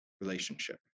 relationship